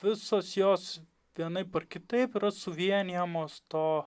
visos jos vienaip ar kitaip yra suvienijamos to